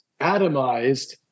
atomized